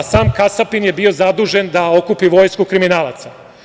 A, sam kasapin je bio zadužen da okupi vojsku kriminalaca.